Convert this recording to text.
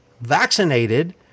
vaccinated